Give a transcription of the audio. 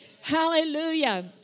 Hallelujah